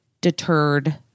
deterred